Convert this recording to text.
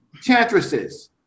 chantresses